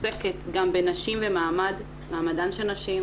עוסקת גם בנשים ומעמדן של נשים,